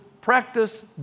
practice